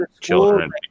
children